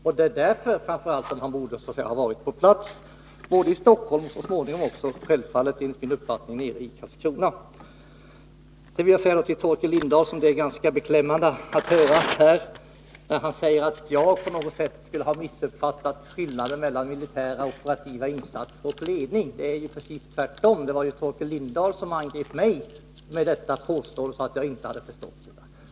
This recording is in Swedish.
Således borde han enligt min uppfattning ha varit på plats, både i Stockholm och självfallet också så småningom i Karlskrona. Det är ganska beklämmande att höra Torkel Lindahl säga att jag på något sätt skulle ha missuppfattat skillnaden när det gäller militära operativa insatser och ledning. Det är ju precis tvärtom. Det var Torkel Lindahl som angrep mig. Han påstod att jag inte hade förstått saken.